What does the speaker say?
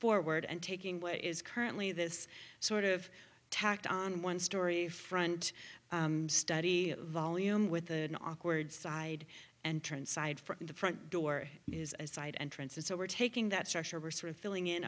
forward and taking what is currently this sort of tacked on one storey front study volume with the awkward side entrance side from the front door is a side entrance and so we're taking that structure we're sort of filling in